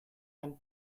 einen